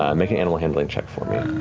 um make an animal handling check for me.